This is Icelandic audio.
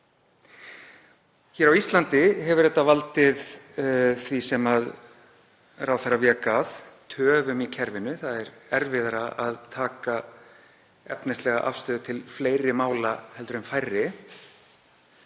Hér á Íslandi hefur þetta valdið því sem ráðherra vék að; töfum í kerfinu. Það er erfiðara að taka efnislega afstöðu til fleiri mála en færri.